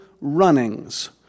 Runnings